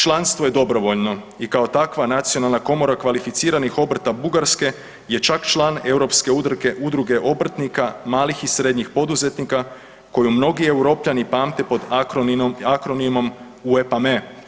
Članstvo je dobrovoljno i kao takva nacionalna komora kvalificiranih obrta Bugarske je čak član Europske udruge obrtnika, malih i srednjih poduzetnika koju mnogi europljani pamte pod akronimom UEAPME.